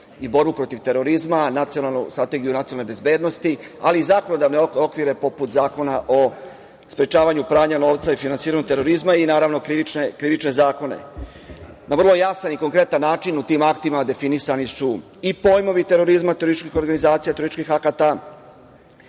i borbu protiv terorizma, Nacionalna strategija nacionalne bezbednosti, ali i zakonodavne okvire poput Zakona o sprečavanju pranja novca i finansiranju terorizma i naravno krivične zakone. Na vrlo jasan i konkretan način u tim aktima su definisani i pojmovi terorizma i terostističkih organizacija i akata,